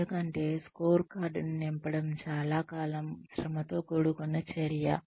ఎందుకంటే స్కోర్కార్డ్ ను నింపడం చాలా కాలం శ్రమతో కూడుకున్న చర్య